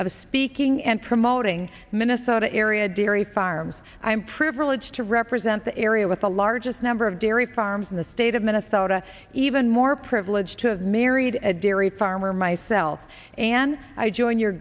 of speaking and promoting minnesota area dairy farms i'm privileged to represent the area with the largest number of dairy farms in the state of minnesota even more privileged to have married a dairy farmer myself and i join your